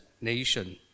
nation